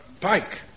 Pike